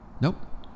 nope